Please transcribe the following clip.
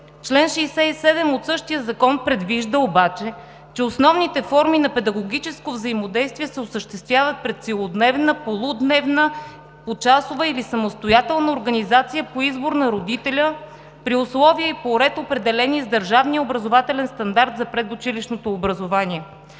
Член 67 от същия закон предвижда обаче, че основните форми на педагогическо взаимодействие се осъществяват при целодневна, полудневна, почасова или самостоятелна организация по избор на родителя, при условия и по ред, определени с държавния образователен стандарт за предучилищното образование.